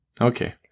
Okay